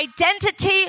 identity